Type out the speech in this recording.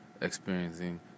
experiencing